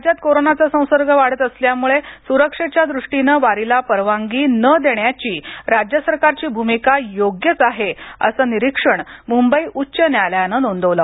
राज्यात कोरोनाचा संसर्ग वाढत असल्याम्ळे स्रक्षेच्या द्र्ष्टीने वारीला परवानगी न देण्याची राज्य सरकारची भूमिका योग्यच आहे अस निरीक्षण म्ंबई उच्च न्यायालयान नोंदविले